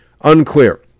Unclear